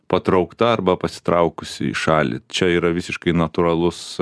patraukta arba pasitraukusi į šalį čia yra visiškai natūralus